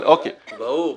ברור.